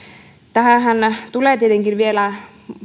tähänhän tulee tietenkin vielä